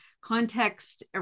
context